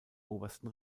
obersten